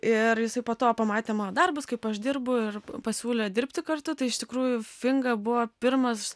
ir jisai po to pamatė mano darbus kaip aš dirbu ir pasiūlė dirbti kartu tai iš tikrųjų finga buvo pirmas